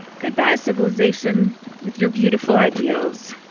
goodbye, civilization with your beautiful ideals.